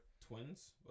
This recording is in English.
twins